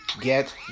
get